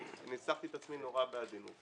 וניסחתי את עצמי נורא בעדינות.